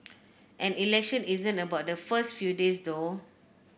an election isn't about the first few days though